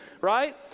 right